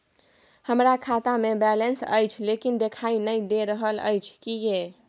हमरा खाता में बैलेंस अएछ लेकिन देखाई नय दे रहल अएछ, किये?